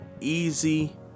easy